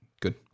Good